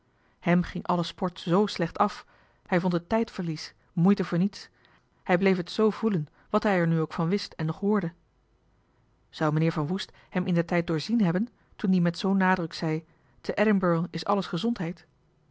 hem ging alle sport z slecht af hij vond het tijdverlies moeite voor niets hij bleef het z voelen wat hij er nu ook van wist en nog hoorde zou meneer van woest hem indertijd doorzien hebben toen die met zoo'n nadruk zei te edinburg is alles gezondheid